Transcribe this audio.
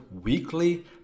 weekly